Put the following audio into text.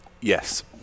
Yes